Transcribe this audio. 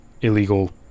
illegal